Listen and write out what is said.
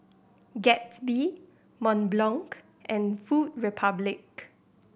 Gatsby Mont Blanc and Food Republic